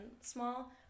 small